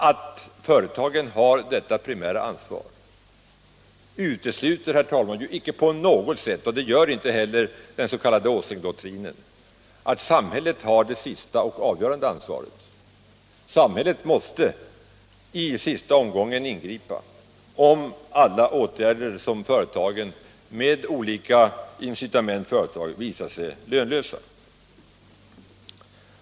Att företagen har detta primära ansvar utesluter, herr talman, icke på något sätt — det gör inte heller den s.k. Åslingdoktrinen — att samhället har det avgörande ansvaret. Samhället måste i sista omgången ingripa, om alla åtgärder som företagen med olika erhållna incitament vidtagit visar sig lönlösa.